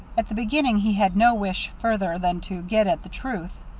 at the beginning he had no wish further than to get at the truth.